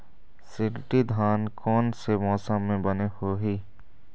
शिल्टी धान कोन से मौसम मे बने होही?